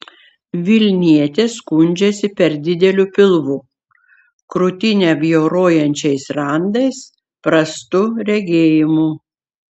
vilnietė skundžiasi per dideliu pilvu krūtinę bjaurojančiais randais prastu regėjimu